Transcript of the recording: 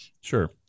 Sure